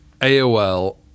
AOL